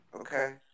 Okay